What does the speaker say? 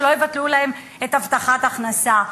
שלא יבטלו להן את הבטחת ההכנסה.